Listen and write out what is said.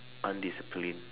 undisciplined